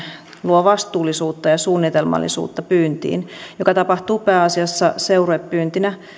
luo vastuullisuutta ja suunnitelmallisuutta pyyntiin joka tapahtuu pääasiassa seuruepyyntinä